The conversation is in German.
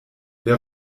wer